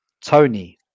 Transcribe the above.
tony